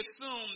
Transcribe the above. assume